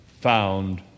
found